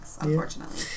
unfortunately